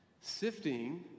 Sifting